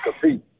compete